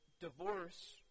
divorce